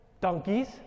donkeys